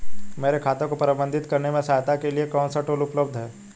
मेरे खाते को प्रबंधित करने में सहायता के लिए कौन से टूल उपलब्ध हैं?